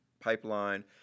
pipeline